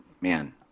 man